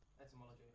Etymology